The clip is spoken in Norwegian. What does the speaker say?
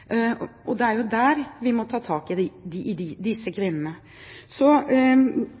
Og det er der vi må ta tak i